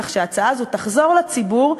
כך שההכנסה הזו תחזור לציבור,